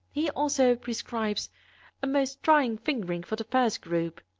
he also prescribes a most trying fingering for the first group,